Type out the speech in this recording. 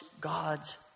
God's